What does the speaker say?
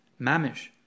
mamish